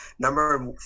number